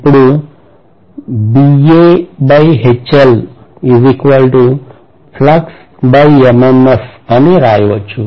ఇప్పుడు అని రాయవచ్చు